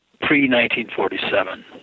pre-1947